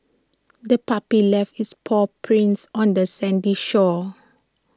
the puppy left its paw prints on the sandy shore